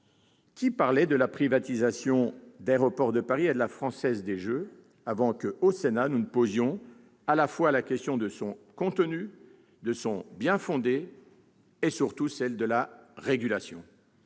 Qui parlait de la privatisation d'Aéroports de Paris et de la Française des jeux avant que le Sénat ne pose à la fois la question de son contenu, de son bien-fondé et surtout celle de la régulation ?